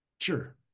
Sure